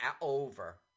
over